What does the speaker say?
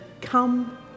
come